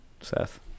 Seth